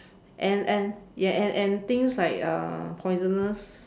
and and yes and and things like uh poisonous